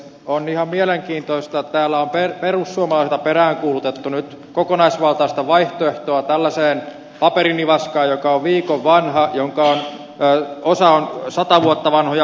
on ihan mielenkiintoista että täällä on perussuomalaisilta peräänkuulutettu nyt kokonaisvaltaista vaihtoehtoa tällaiselle paperinivaskalle joka on viikon vanha ja jota valmistelemassa olleista puolueista osa on sata vuotta vanhoja